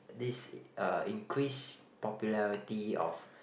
this uh increased popularity of